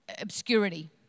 obscurity